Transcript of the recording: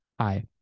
Hi